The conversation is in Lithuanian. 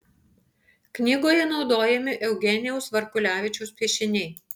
knygoje naudojami eugenijaus varkulevičiaus piešiniai